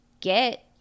get